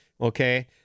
okay